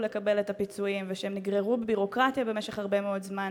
לקבל את הפיצויים ושהם נגררו בביורוקרטיה במשך הרבה מאוד זמן.